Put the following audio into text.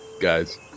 guys